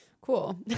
Cool